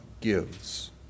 gives